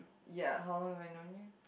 ya how long have I known you